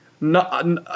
No